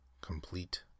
complete